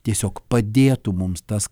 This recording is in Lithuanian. tiesiog padėtų mums tas